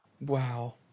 Wow